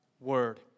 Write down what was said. Word